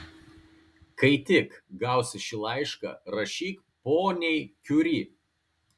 kai tik gausi šį laišką rašyk poniai kiuri